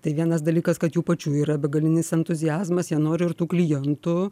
tai vienas dalykas kad jų pačių yra begalinis entuziazmas jie nori ir tų klientų